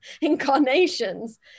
incarnations